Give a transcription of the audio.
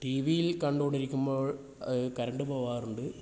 T വിയിൽ കണ്ടുകൊണ്ട് ഇരിക്കുമ്പോൾ കറന്റ് പോവാറുണ്ട്